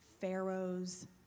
Pharaoh's